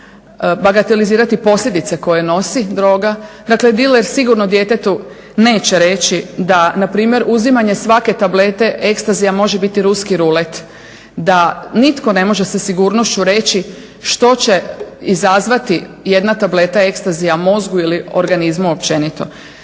bagatelizirati posljedice koje nosi droga. Dakle diler sigurno djetetu neće reći da npr. uzimanje svake tablete ecstasya može biti ruski rulet, da nitko ne može sa sigurnošću reći što će izazvati jedna tableta ecstasya mozgu ili organizmu općenito.